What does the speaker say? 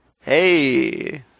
Hey